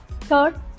third